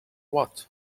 what